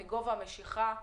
מגובה המשיכה,